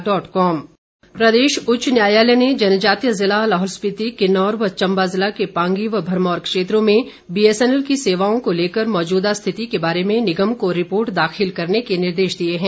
उच्च न्यायालय प्रदेश उच्च न्यायालय ने जनजातीय जिला लाहौल स्पिति किन्नौर व चम्बा जिला के पांगी व भरमौर क्षेत्रों में बीएसएनएल की सेवाओं को लेकर मौजूदा स्थिति के बारे में निगम को रिपोर्ट दाखिल करने के निर्देश दिए है